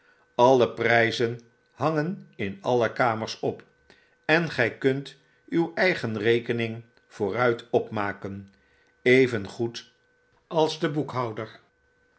alle prijzen hangen in alle kamers op en gy kunt uw eigen rekening vooruit opmaken evengoed als de boekhouder